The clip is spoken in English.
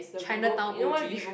Chinatown O_G